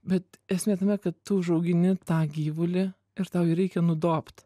bet esmė tame kad tu užaugini tą gyvulį ir tau jį reikia nudobt